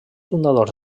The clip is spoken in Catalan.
fundadors